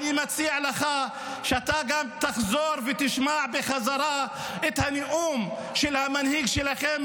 אני מציע לך שאתה גם תחזור ותשמע את הנאום של המנהיג שלכם,